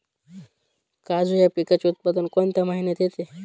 काजू या पिकाचे उत्पादन कोणत्या महिन्यात येते?